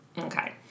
okay